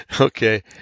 Okay